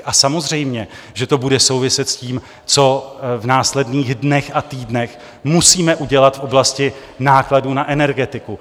A samozřejmě že to bude souviset s tím, co v následných dnech a týdnech musíme udělat v oblasti nákladů na energetiku.